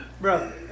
bro